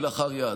כלאחר יד,